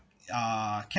uh